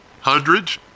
hundreds